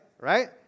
Right